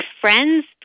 friends